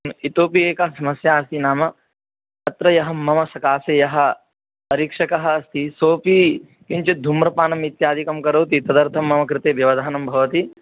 इतोपि एका समस्या अस्ति नाम अत्र यः मम सकाशे यः परीक्षकः अस्ति सोपि किञ्चित् धूम्रपानम् इत्यादिकं करोति तदर्थं मम कृते व्यवधानं भवति